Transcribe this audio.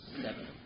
seven